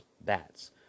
bats